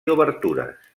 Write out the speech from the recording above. obertures